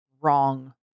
wrong